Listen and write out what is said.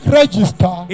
register